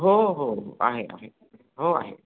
हो हो हो आहे आहे हो आहे